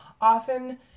often